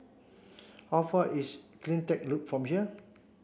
how far is CleanTech Loop from here